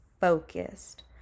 focused